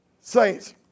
Saints